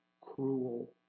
cruel